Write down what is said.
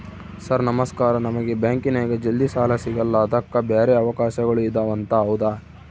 Sir ನಮಸ್ಕಾರ ನಮಗೆ ಬ್ಯಾಂಕಿನ್ಯಾಗ ಜಲ್ದಿ ಸಾಲ ಸಿಗಲ್ಲ ಅದಕ್ಕ ಬ್ಯಾರೆ ಅವಕಾಶಗಳು ಇದವಂತ ಹೌದಾ?